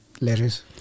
letters